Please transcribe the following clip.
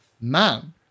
man